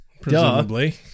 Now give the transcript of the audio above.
presumably